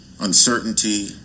uncertainty